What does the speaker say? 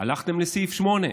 הלכתם לסעיף 8,